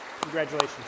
Congratulations